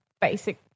basic